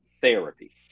therapy